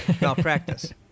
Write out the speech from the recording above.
Malpractice